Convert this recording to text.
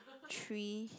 tree